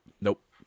nope